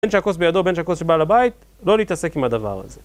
בן שחכוס בידו, בן שהכוס של בעל הבית, לא להתעסק עם הדבר הזה.